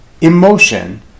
emotion